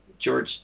george